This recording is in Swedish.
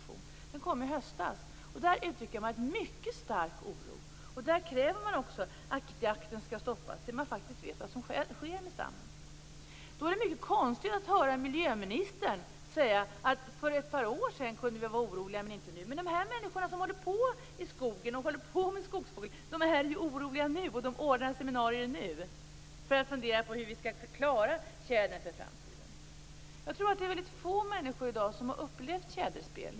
Den artikeln kom i höstas. Där uttrycker man en mycket stark oro. Där kräver man också att jakten skall stoppas tills man faktiskt vet vad som sker med stammen. Det är då mycket konstigt att höra miljöministern säga att vi kunde vara oroliga för ett par år sedan men inte nu. De människor som håller på i skogen och med skogsfågel är oroliga nu, och det är nu som de ordnar seminarier för att fundera på hur vi skall klara tjädern för framtiden. Det är väldigt få människor i dag som har upplevt tjäderspel.